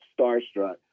starstruck